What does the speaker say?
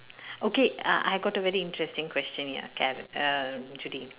okay I I got a very interesting question ya Kare~ err Judy